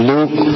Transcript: Luke